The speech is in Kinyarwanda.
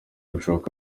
ibishoboka